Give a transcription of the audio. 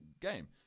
game